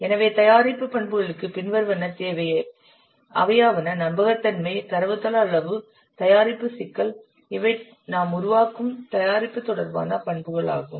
எனவே தயாரிப்பு பண்புகளுக்கு பின்வருவன தேவை அவையாவன நம்பகத்தன்மை தேவை தரவுத்தள அளவு தயாரிப்பு சிக்கல் இவை நாம் உருவாக்கும் தயாரிப்பு தொடர்பான பண்புகளாகும்